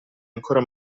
ancora